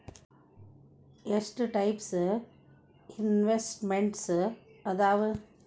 ಎಷ್ಟ types investments ಅದಾವ